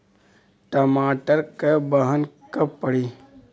टमाटर क बहन कब पड़ी?